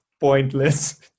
pointless